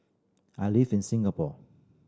I live in Singapore